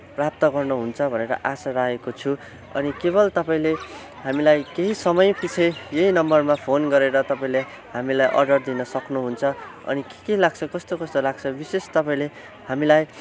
प्राप्त गर्नुहुन्छ भनेर आशा राखेको छु अनि केवल तपाईँले हामीलाई केही समय पछि यही नम्बरमा फोन गरेर तपाईँले हामीलाई अर्डर दिन सक्नुहुन्छ अनि के के लाग्छ कस्तो कस्तो लाग्छ विशेष तपाईँले हामीलाई